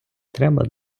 треба